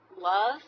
love